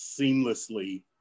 seamlessly